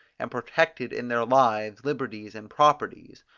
and protected in their lives, liberties, and properties,